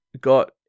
got